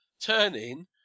turning